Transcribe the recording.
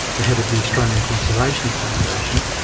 the head of the australian conservation foundation,